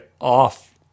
off